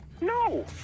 No